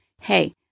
Hey